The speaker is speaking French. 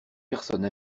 personne